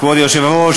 כבוד היושב-ראש,